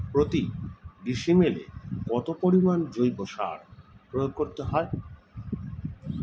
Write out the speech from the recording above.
প্রতি ডিসিমেলে কত পরিমাণ জৈব সার প্রয়োগ করতে হয়?